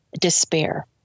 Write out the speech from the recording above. despair